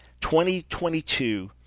2022